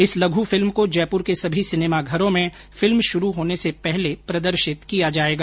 इस लघु फिल्म को जयपुर के सभी सिनेमाघरों में फिल्म शुरू होने से पूर्व प्रदर्शित किया जायेगा